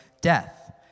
death